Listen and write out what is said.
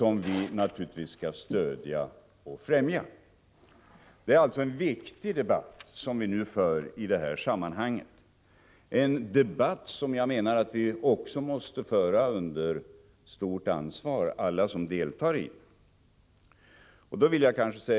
Den skall vi stödja och främja. Det är alltså en viktig debatt som vi nu för — en debatt som jag menar att vi måste föra under stort ansvar, alla som deltar i den.